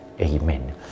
Amen